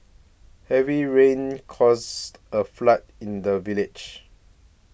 heavy rains caused a flood in the village